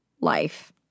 life